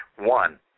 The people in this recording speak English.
One